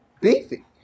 beefy